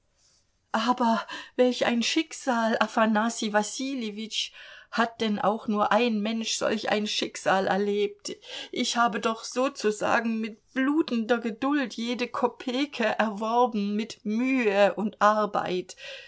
aber welch ein schicksal afanassij wassiljewitsch hat denn auch nur ein mensch solch ein schicksal erlebt ich habe doch sozusagen mit blutender geduld jede kopeke erworben mit mühe und arbeit